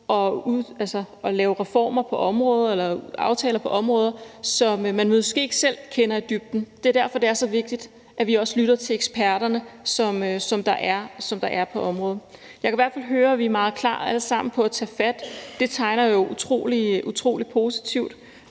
eller aftaler på områder, som man måske ikke selv kender i dybden, og det er også derfor, det er så vigtigt, at vi lytter til eksperterne, der er på området. Jeg kan i hvert fald høre, at vi alle sammen er meget klar på at tage fat, og det tegner jo utrolig positivt.